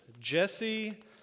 Jesse